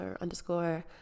underscore